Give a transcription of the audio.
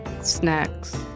snacks